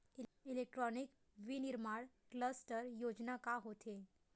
Electronic विनीर्माण cluster योजना का होथे?